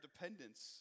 dependence